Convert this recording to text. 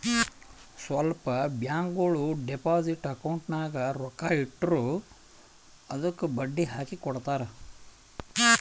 ಸ್ವಲ್ಪ ಬ್ಯಾಂಕ್ಗೋಳು deposit account ನಾಗ್ ರೊಕ್ಕಾ ಇಟ್ಟುರ್ ಅದ್ದುಕ ಬಡ್ಡಿ ಹಾಕಿ ಕೊಡ್ತಾರ್